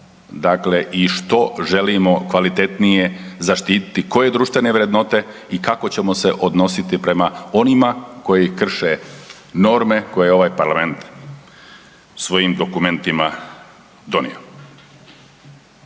dakle i što želimo kvalitetnije zaštiti koje društvene vrednote i kako ćemo se odnositi prema onima koji krše norme koje je ova parlament svojim dokumentima donio.